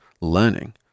learning